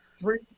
Three